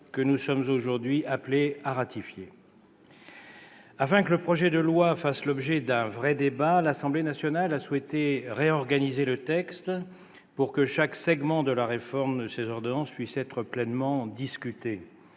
que nous sommes aujourd'hui appelés à approuver. Afin que le projet de loi fasse l'objet d'un vrai débat, l'Assemblée nationale a souhaité le réorganiser pour que chaque segment de la réforme mise en oeuvre au travers de ces ordonnances puisse être pleinement discuté.